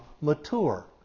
mature